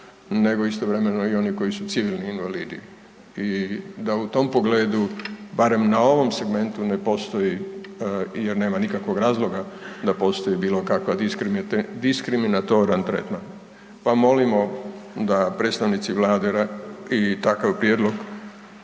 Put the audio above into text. nego istovremeno i oni koji su civilni invalidi i da u tom pogledu barem na ovom segmentu ne postoji jer nema nikakvog razloga da postoji bilokakva diskriminatoran tretman pa molimo da predstavnici Vlade i takav prijedlog